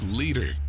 leader